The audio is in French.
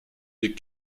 des